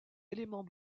éléments